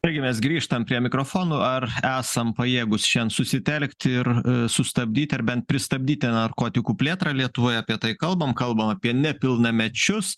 taigi mes grįžtam prie mikrofonų ar esam pajėgūs šian susitelkt ir sustabdyti ar bent pristabdyti narkotikų plėtrą lietuvoje apie tai kalbam kalbam apie nepilnamečius